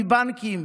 מבנקים,